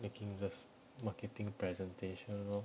making just marketing presentation lor